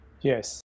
Yes